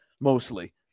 Mostly